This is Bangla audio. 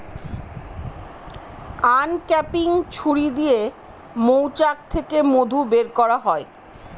আনক্যাপিং ছুরি দিয়ে মৌচাক থেকে মধু বের করা হয়